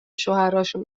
شوهراشون